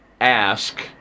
ask